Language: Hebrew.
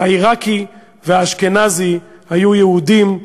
העיראקי והאשכנזי היו יהודים,